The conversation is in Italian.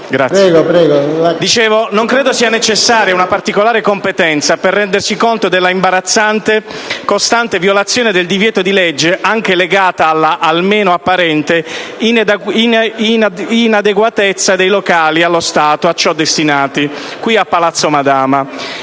vicinanza. Non credo sia necessaria una particolare competenza per rendersi conto dell’imbarazzante, costante violazione del divieto di legge, legata anche alla almeno apparente inadeguatezza dei locali allo stato a cio destinati qui a palazzo Madama.